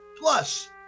plus